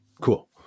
Cool